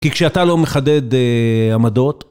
כי כשאתה לא מחדד עמדות...